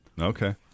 okay